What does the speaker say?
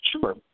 Sure